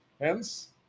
hence